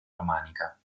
romanica